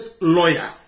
lawyer